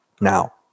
Now